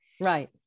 Right